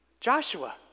Joshua